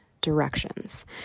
directions